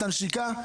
את הנשיקה?